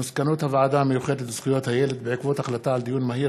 על מסקנות הוועדה המיוחדת לזכויות הילד בעקבות דיון מהיר